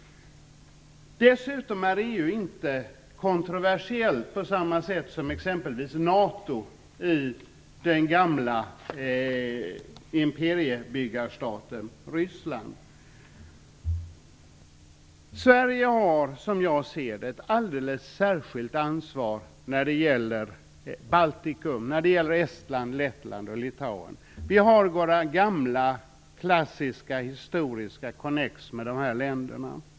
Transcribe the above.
Dessutom är inte EU kontroversiellt på samma sätt som exempelvis NATO i den gamla imperiebyggarstaten Ryssland. Sverige har, som jag ser det, ett alldeles särskilt ansvar när det gäller Baltikum - Estland, Lettland och Litauen. Vi har våra gamla klassiska historiska konnex med dessa länder.